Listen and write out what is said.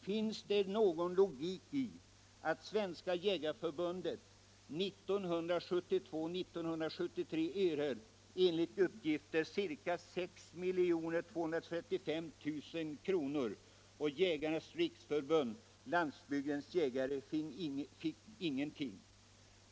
Finns det någon logik i att Svenska jägareförbundet 1972/73 enligt uppgift erhöll ca 6 235 000 kr., medan Landsbygdens jägare inte fick någonting?